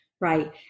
right